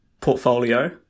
portfolio